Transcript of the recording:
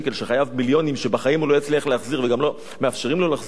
שחייב מיליונים שבחיים הוא לא יצליח להחזיר וגם לא מאפשרים לו להחזיר,